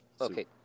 Okay